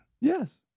Yes